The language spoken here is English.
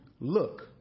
Look